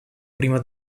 prima